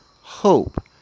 hope